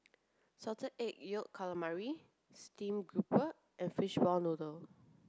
salted egg yolk calamari steamed grouper and fishball noodle